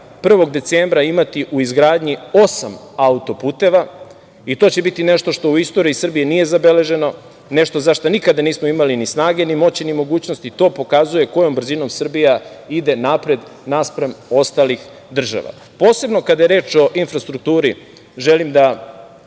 1. decembra imati u izgradnji osam auto-puteva, i to će biti nešto što u istoriji Srbije nije zabeleženo, nešto zašta nikada nismo imali ni snage, ni moći, ni mogućnosti. To pokazuje kojom brzinom Srbija ide napred naspram ostalih država. Posebno kada je reč o infrastrukturi želim da